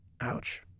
Ouch